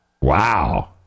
Wow